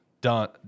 Done